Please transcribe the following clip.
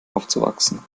aufzuwachsen